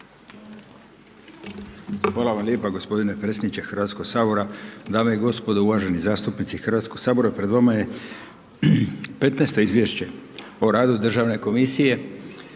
Hvala vam lijepa g. predsjedniče HS. Dame i gospodo, uvaženi zastupnici HS, pred vama je 15 izvješće o radu Državne komisije